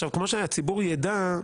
כמו שהציבור ידע,